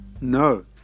No